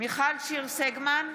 מיכל שיר סגמן,